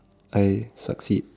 I succeed